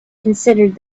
considered